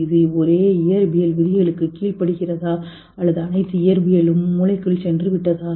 இது ஒரே இயற்பியல் விதிகளுக்குக் கீழ்ப்படிகிறதா அல்லது அனைத்து இயற்பியலும் மூளைக்குள் சென்றுவிட்டதா